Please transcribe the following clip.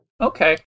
Okay